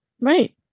Right